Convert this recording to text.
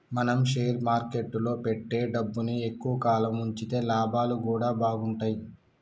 మనం షేర్ మార్కెట్టులో పెట్టే డబ్బుని ఎక్కువ కాలం వుంచితే లాభాలు గూడా బాగుంటయ్